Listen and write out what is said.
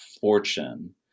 fortune